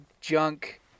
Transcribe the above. junk